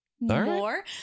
more